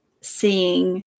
seeing